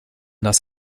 das